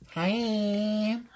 Hi